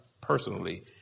personally